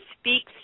speaks